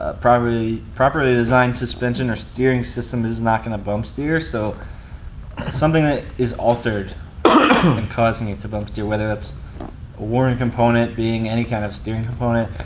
ah properly properly designed suspension or steering system is not gonna bump steer, so something that is altered and causing it to bump through. whether that's a worn component being any kind of steering component,